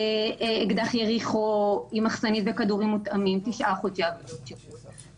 אקדח יריחו עם מחסנית וכדורים מותאמים תשעה חודשי עבודות שירות,